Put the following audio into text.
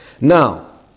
Now